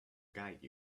guide